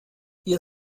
ihr